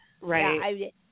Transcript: right